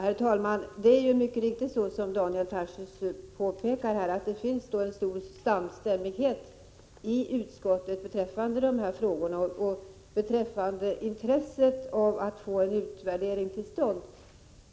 Herr talman! Det är mycket riktigt så, som Daniel Tarschys här påpekar, att det finns en stor samstämmighet i utskottet beträffande dessa frågor och beträffande intresset av att få en utvärdering till stånd.